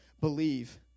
believe